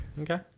Okay